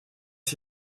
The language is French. s’y